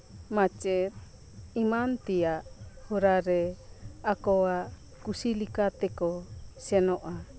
ᱢᱟᱪᱮᱫ ᱮᱢᱟᱱ ᱛᱮᱭᱟᱜ ᱦᱚᱨᱟ ᱨᱮ ᱟᱠᱳᱣᱟᱜ ᱠᱩᱥᱤ ᱞᱮᱠᱟ ᱛᱮᱠᱚ ᱥᱮᱱᱚᱜᱼᱟ